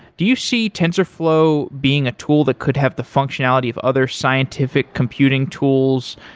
do you see tensorflow being a tool that could have the functionality of other scientific computing tools?